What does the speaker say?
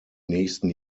nächsten